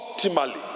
optimally